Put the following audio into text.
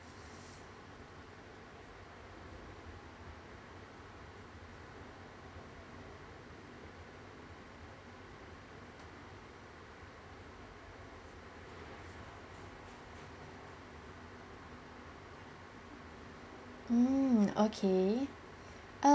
mm okay uh~